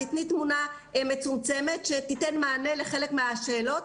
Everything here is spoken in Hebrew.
תיתני תמונה מצומצמת שתיתן מענה לחלק מהשאלות.